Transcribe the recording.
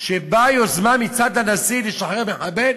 שבאה יוזמה מצד הנשיא לשחרר מחבל?